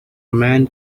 man